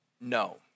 no